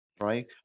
Right